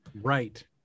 Right